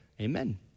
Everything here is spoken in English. amen